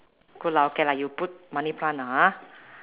good lah okay you put money plant lah ha